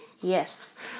Yes